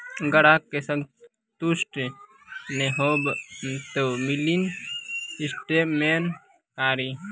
ग्राहक के संतुष्ट ने होयब ते मिनि स्टेटमेन कारी?